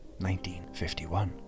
1951